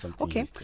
Okay